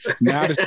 Now